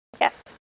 Yes